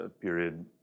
period